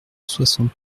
soixante